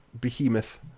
behemoth